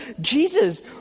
Jesus